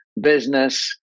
business